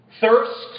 Thirst